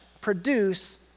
produce